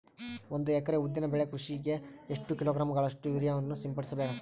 ಒಂದು ಎಕರೆ ಉದ್ದಿನ ಬೆಳೆ ಕೃಷಿಗೆ ಎಷ್ಟು ಕಿಲೋಗ್ರಾಂ ಗಳಷ್ಟು ಯೂರಿಯಾವನ್ನು ಸಿಂಪಡಸ ಬೇಕಾಗತದಾ?